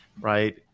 right